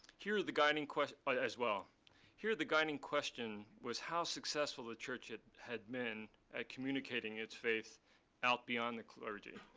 here the gardening question as well here the guiding question was how successful the church had had been at communicating its faith out beyond the clergy,